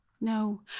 no